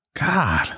God